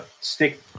stick